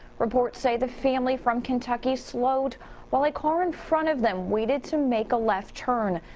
reports say the family from kentucky slowed while a car in front of them waited to make a left turn.